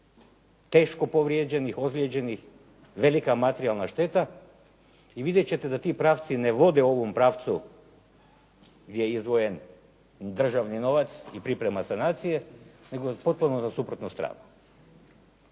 teško povrijeđenih, ozlijeđenih, velika materijalna šteta i vidjeti ćete da ti pravci ne vode u ovom pravcu gdje je izdvojen državni novac i priprema sanacije nego na potpuno suprotnu stranu.